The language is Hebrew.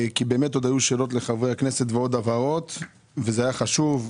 היו עוד שאלות והבהרות לחברי הכנסת, וזה היה חשוב.